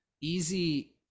easy